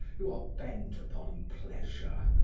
who are bent upon pleasure,